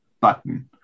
button